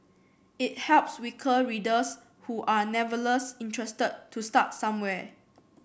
it helps weaker readers who are interested to start somewhere